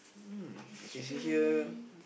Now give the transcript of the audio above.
um I can see here